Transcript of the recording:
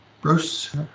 Bruce